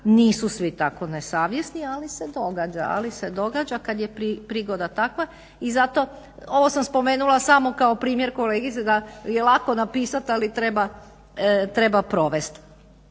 Nisu svi tako nesavjesni ali se događa kad je prigoda takva i zato ovo sam spomenula samo kao primjer kolegice da je lako napisat ali treba provest.